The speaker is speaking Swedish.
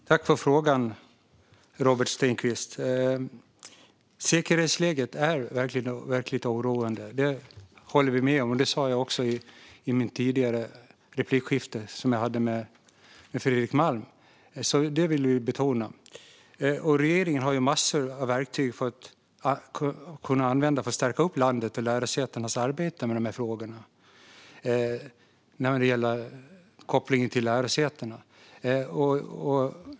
Fru talman! Tack för frågan, Robert Stenkvist! Säkerhetsläget är verkligt oroande; det håller vi med om, och det sa jag också i mitt tidigare replikskifte med Fredrik Malm. Det vill jag alltså betona. Regeringen har massor av verktyg att använda för att stärka landets och lärosätenas arbete med dessa frågor när det gäller kopplingen till lärosätena.